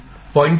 5 milli farad आहे